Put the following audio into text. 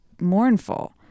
mournful